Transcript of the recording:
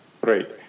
great